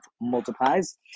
multiplies